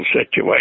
situation